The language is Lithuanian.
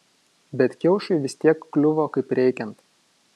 bet kiaušui vis tiek kliuvo kaip reikiant